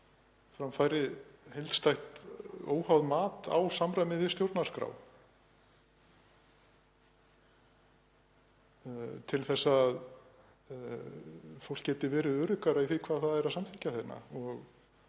fram fari heildstætt, óháð mat á samræmi við stjórnarskrá til að fólk geti verið öruggara í því hvað það er að samþykkja hérna.